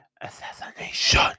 Assassination